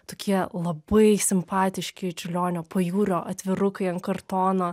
tokie labai simpatiški čiurlionio pajūrio atvirukai ant kartono